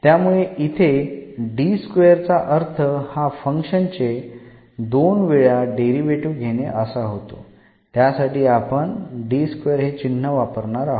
त्यामुळेइथे चा अर्थ हा फंक्शन्स चे दोन वेळा डेरीवेटीव्ह घेणे असा होतो त्यासाठी आपण हे चिन्ह वापरणार आहे